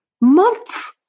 months